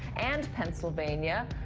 and pennsylvania.